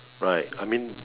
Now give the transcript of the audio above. right I mean